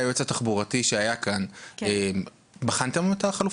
על ידי היועץ התחבורתי שהיה כאן בחנתם אותה?